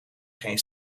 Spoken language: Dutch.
geen